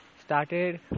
started